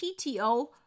PTO